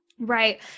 Right